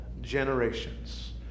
generations